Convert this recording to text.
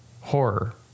horror